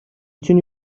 تونی